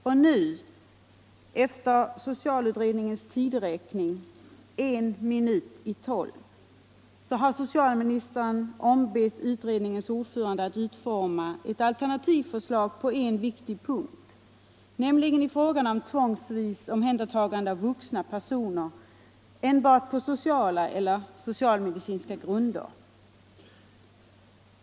Och nu — efter socialutredningens tidräkning en minut i tolv — har socialministern ombett utredningens ordförande att utforma ett alterria(ivförslag på en viktig punkt, nämligen i frågan om tvångsvis omhändertagande av vuxna personer på enbart sociala eller socialmedicinska grunder.